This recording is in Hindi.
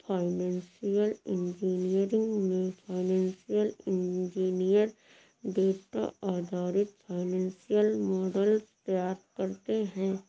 फाइनेंशियल इंजीनियरिंग में फाइनेंशियल इंजीनियर डेटा आधारित फाइनेंशियल मॉडल्स तैयार करते है